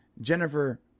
Jennifer